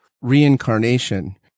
reincarnation